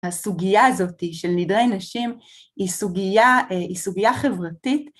הסוגיה הזאת של נדרי נשים היא סוגיה אה... היא סוגיה חברתית.